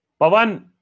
Pawan